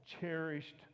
cherished